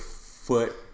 foot